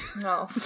no